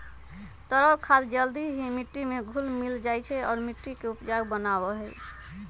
तरल खाद जल्दी ही मिट्टी में घुल मिल जाहई और मिट्टी के उपजाऊ बनावा हई